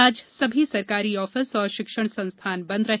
आज सभी सरकारी ऑफिस और शिक्षण संस्थान बंद रहे